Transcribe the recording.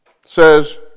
says